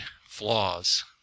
flaws